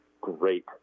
Great